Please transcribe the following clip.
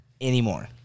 anymore